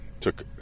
took